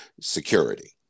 security